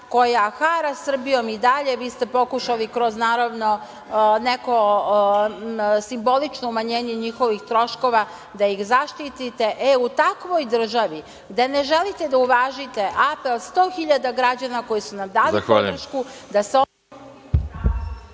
koja hara Srbijom i dalje, vi ste pokušali kroz naravno neko simbolično umanjenje njihovih troškova da ih zaštite, e u takvoj državi, gde ne želite da uvažite apel 100 hiljada građana koji su nam dali podršku